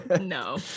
no